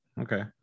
Okay